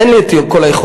אין לי את כל היכולות,